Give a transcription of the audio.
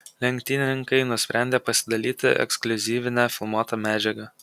lenktynininkai nusprendė pasidalyti ekskliuzyvine filmuota medžiaga